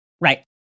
Right